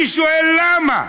אני שואל: למה?